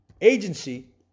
Agency